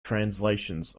translations